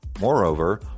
Moreover